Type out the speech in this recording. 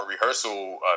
rehearsal